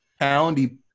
poundy